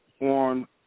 on